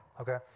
okay